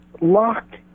locked